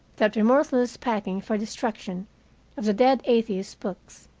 that remorseless packing for destruction of the dead atheist's books.